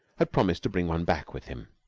had promised to bring one back with him.